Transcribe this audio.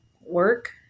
work